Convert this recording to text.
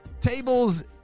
tables